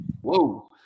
Whoa